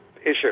issue